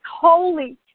holy